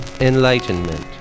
enlightenment